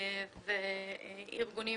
וארגונים